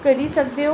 करी सकदे ओ